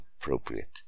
appropriate